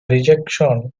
rejection